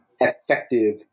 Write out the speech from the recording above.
effective